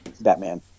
Batman